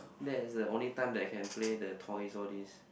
that is the only time that I can play the toys all this